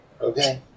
Okay